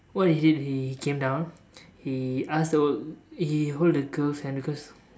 what he did he came down he ask so he hold the girl's hand because